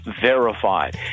verified